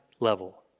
level